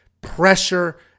pressure